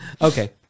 Okay